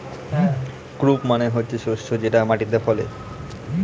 crop মানে হচ্ছে শস্য যেটা মাটিতে ফলে